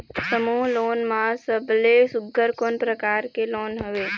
समूह लोन मा सबले सुघ्घर कोन प्रकार के लोन हवेए?